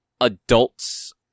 adults